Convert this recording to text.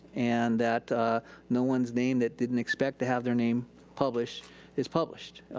and that no one's named that didn't expect to have their name published is published,